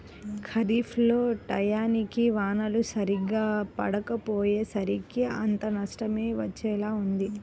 ఖరీఫ్ లో టైయ్యానికి వానలు సరిగ్గా పడకపొయ్యేసరికి అంతా నష్టమే వచ్చేలా ఉంది